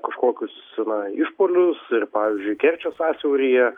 kažkokius na išpuolius ir pavyzdžiui kerčės sąsiauryje